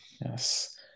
Yes